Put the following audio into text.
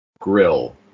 grill